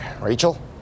Rachel